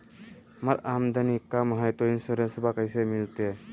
हमर आमदनी कम हय, तो इंसोरेंसबा कैसे मिलते?